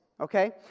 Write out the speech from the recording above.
okay